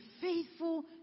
faithful